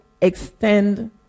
extend